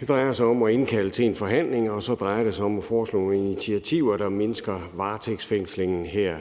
dag, drejer sig om at indkalde til en forhandling, og så drejer det sig om at foreslå initiativer, der mindsker varetægtsfængslingen her